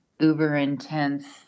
uber-intense